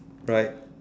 right